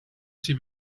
see